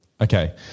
Okay